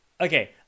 okay